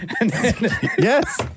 yes